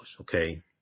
okay